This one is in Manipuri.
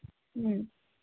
ꯎꯝ